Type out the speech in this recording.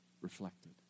reflected